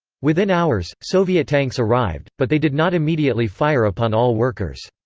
within hours, soviet tanks arrived, but they did not immediately fire upon all workers.